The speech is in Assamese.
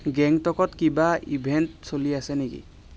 গেংটকত কিবা ইভেণ্ট চলি আছে নেকি